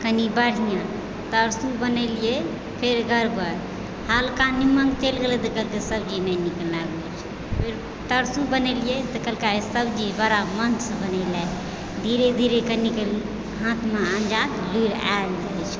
कनि बढ़िआँ परसू बनेलियै फेर गड़बड़ हल्का नीमक चलि गेलै तऽ कहलकै ई नहि नीक लागै छै फेर तरसू बनेलियै तऽ कहलकै सब्जी बड़ा मनसँ बनेले हँ धीरे धीरे कनि कनि हाथमे अन्दाज लुरि आयल जाइ छै